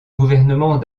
gouvernement